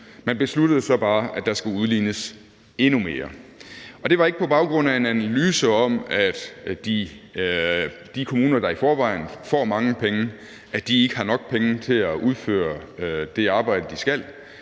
Man besluttede så bare, at der skulle udlignes endnu mere. Det var ikke på baggrund af en analyse om, at de kommuner, der i forvejen får mange penge, ikke har nok penge til at udføre det arbejde, de skal,